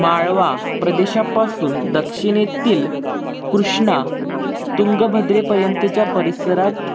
माळवा प्रदेशापासून दक्षिणेतील कृष्णा तुंगभद्रेपर्यंतच्या परिसरात